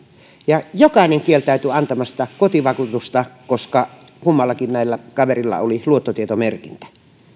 ja jokainen kieltäytyi antamasta kotivakuutusta koska näillä kummallakin kaverilla oli luottotietomerkintä